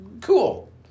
Cool